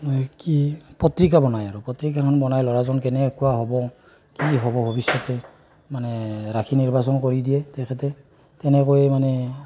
এই কি পত্ৰিকা বনায় আৰু পত্ৰিকাখন বনায় ল'ৰাজন কেনেকুৱা হ'ব কি হ'ব ভৱিষ্যতে মানে ৰাশি নিৰ্বাচন কৰি দিয়ে তেখেতে তেনেকৈয়ে মানে